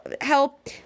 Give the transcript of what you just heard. help